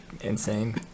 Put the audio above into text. Insane